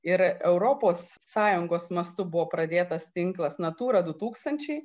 ir europos sąjungos mastu buvo pradėtas tinklas natūra du tūkstančiai